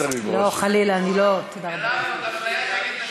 מרב, זאת אפליה נגד נשים,